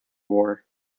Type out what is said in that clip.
war